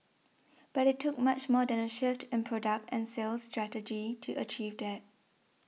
but it took much more than a shift in product and sales strategy to achieve that